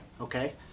Okay